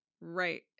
right